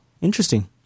Interesting